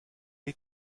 est